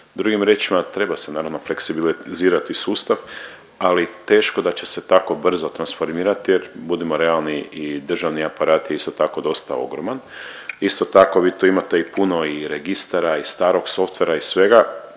Drugim riječima, treba se naravno fleksibilizirati sustav, ali teško da će se tako brzo transformirati jer budimo realni i državni aparat je isto tako dosta ogroman. Isto tako vi tu imate i puno i registara i starog softvera i svega,